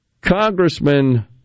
congressman